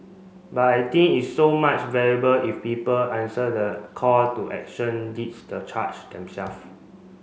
but I think it's so much valuable if people answer the call to action leads the charge them self